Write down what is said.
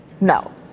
No